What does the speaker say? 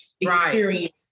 experience